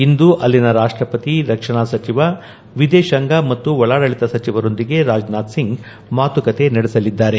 ಇಂದು ಅಲ್ಲಿನ ರಾಷ್ಕಪತಿ ರಕ್ಷಣಾ ಸಚಿವ ವಿದೇಶಾಂಗ ಮತ್ತು ಒಳಾಡಳಿತ ಸಚಿವರೊಂದಿಗೆ ರಾಜನಾಥ್ ಸಿಂಗ್ ಮಾತುಕತೆ ನಡೆಸಲಿದ್ದಾರೆ